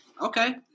Okay